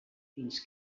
fins